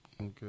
okay